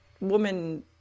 woman